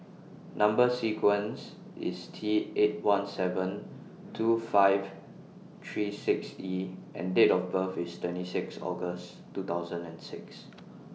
Number sequence IS T eight one seven two five three six E and Date of birth IS twenty six August two thousand and six